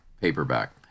paperback